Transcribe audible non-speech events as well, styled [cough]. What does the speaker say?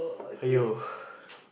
!aiyo! [breath]